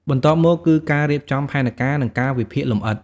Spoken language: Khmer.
បន្ទាប់មក គឺការរៀបចំផែនការ និងកាលវិភាគលម្អិត។